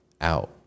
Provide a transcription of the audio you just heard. out